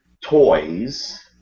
toys